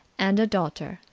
and a daughter,